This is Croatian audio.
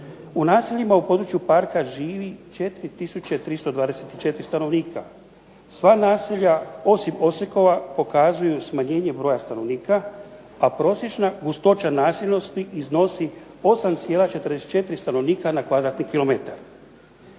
U naseljima u području Parka živi 4324 stanovnika, sva naselja osim Osekova pokazuju smanjenje broja stanovnika, a prosječna gustoća naseljenosti iznosi 8,44 stanovnika na kvadratni kilometar.